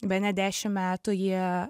bene dešim metų jie